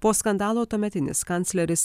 po skandalo tuometinis kancleris